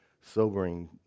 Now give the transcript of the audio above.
sobering